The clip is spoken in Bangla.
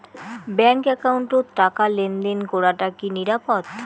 ব্যাংক একাউন্টত টাকা লেনদেন করাটা কি নিরাপদ?